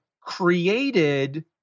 created